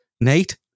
Nate